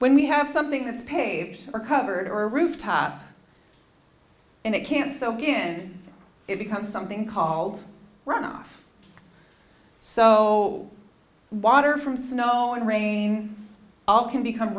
when we have something that's paved or covered or rooftop and it can so again it becomes something called runoff so water from snow and rain all can become